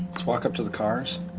let's walk up to the cars.